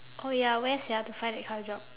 oh ya where sia to find that kind of job